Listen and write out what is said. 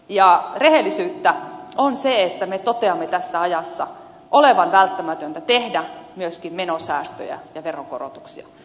ja rehellisyyttä on se että me toteamme tässä ajassa olevan välttämätöntä tehdä myöskin menosäästöjä ja veronkorotuksia